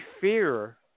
fear